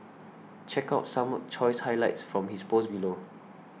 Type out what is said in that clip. check out some choice highlights from his post below